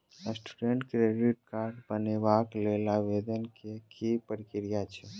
Student credit card बनेबाक लेल आवेदन केँ की प्रक्रिया छै?